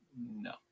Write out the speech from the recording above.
No